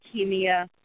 leukemia